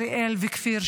אריאל וכפיר,